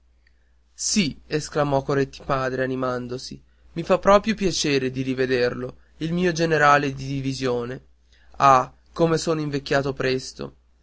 sì esclamò coretti padre animandosi mi fa proprio piacere di rivederlo il mio generale di divisione ah come sono invecchiato presto